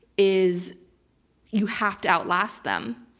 is you have to outlast them.